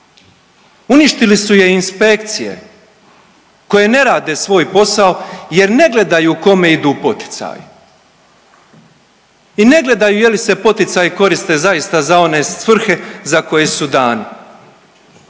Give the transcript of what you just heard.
uništili su je inspekcije koje ne rade svoj posao jer ne gledaju kome idu poticaji i ne gledaju je li se poticaji koriste zaista za one svrhe za koji su dani.